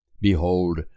Behold